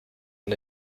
ein